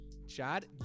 Chad